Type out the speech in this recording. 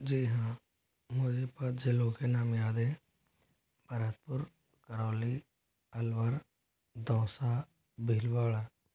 जी हाँ मुझे पाँच जिलों के नाम याद हैं भरतपुर करौली अलवर दौंसा भीलवाड़ा